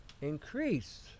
Increased